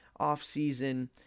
offseason